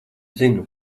zinu